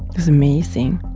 it was amazing.